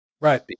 Right